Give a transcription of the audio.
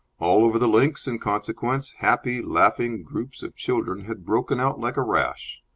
all over the links, in consequence, happy, laughing groups of children had broken out like a rash.